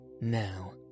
Now